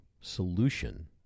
solution